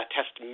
test